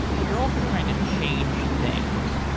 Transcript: but you're also trying to change things.